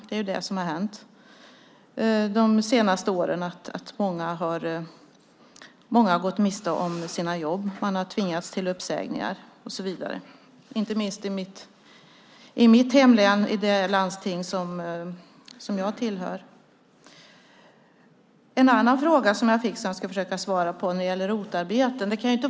Det som har hänt de senaste åren är att många har gått miste om sina jobb, att man har tvingats till uppsägningar och så vidare, inte minst i mitt hemlän, i det landsting som jag tillhör. En annan fråga som jag fick och som jag ska försöka svara på gällde ROT-arbeten.